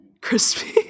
crispy